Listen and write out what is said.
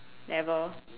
never